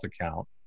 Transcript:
account